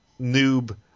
noob